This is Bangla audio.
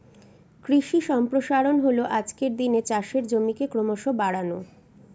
কৃষি সম্প্রসারণ হল আজকের দিনে চাষের জমিকে ক্রমশ বাড়ানো